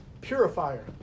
purifier